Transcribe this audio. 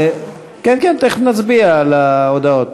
כן כן, תכף נצביע על ההודעות.